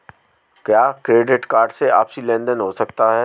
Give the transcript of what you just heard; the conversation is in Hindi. क्या क्रेडिट कार्ड से आपसी लेनदेन हो सकता है?